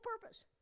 purpose